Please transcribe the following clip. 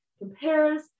Compares